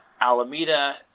Alameda